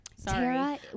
Sorry